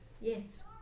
Yes